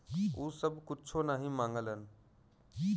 उ सब कुच्छो नाही माँगलन